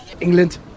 England